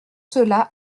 cela